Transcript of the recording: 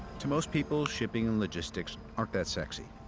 to most people, shipping and logistics aren't that sexy,